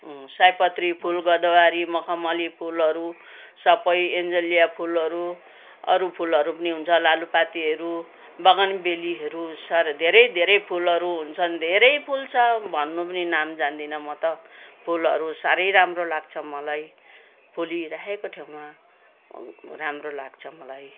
सयपत्री फुल गदावरी मखमली फुलहरू सबै एन्जलिया फुलहरू अरू फुलहरू पनि हुन्छ लालुपातेहरू बगनबेलीहरू साह्रै धेरै धेरै फुलहरू हुन्छन् धेरै फुल छ भन्नु पनि नाम जान्दिनँ म त फुलहरू साह्रै राम्रो लाग्छ मलाई फुलिरहेको ठाउँमा राम्रो लाग्छ मलाई